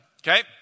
Okay